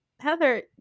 heather